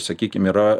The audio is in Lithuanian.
sakykim yra